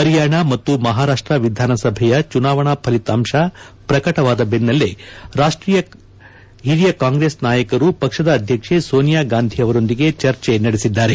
ಹರಿಯಾಣ ಮತ್ತು ಮಹಾರಾಷ್ನ ವಿಧಾನಸಭೆಯ ಚುನಾವಣಾ ಫಲಿತಾಂಶ ಪ್ರಕಟವಾದ ಬೆನ್ನಲ್ಲೇ ಹಿರಿಯ ಕಾಂಗ್ರೆಸ್ ನಾಯಕರು ಪಕ್ಷದ ಅಧ್ಲಕ್ಷೆ ಸೋನಿಯಾ ಗಾಂಧಿ ಅವರೊಂದಿಗೆ ಚರ್ಚೆ ನಡೆಸಿದ್ದಾರೆ